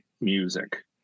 music